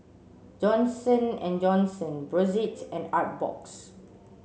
Johnson and Johnson Brotzeit and Artbox